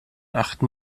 achten